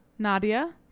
Nadia